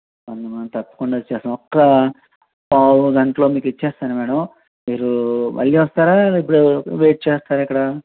తప్పకుండా ఇచ్చేస్తాను ఒక్క పావుగంటలో మీకు ఇచ్చేస్తాను మేడం మీరు మళ్ళీ వస్తారా ఇప్పుడు వెయిట్ చేస్తారా ఇక్కడ